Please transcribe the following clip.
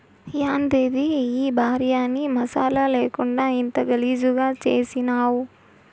యాందిది ఈ భార్యని మసాలా లేకుండా ఇంత గలీజుగా చేసినావ్